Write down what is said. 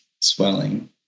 swelling